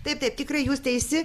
taip taip tikrai jūs teisi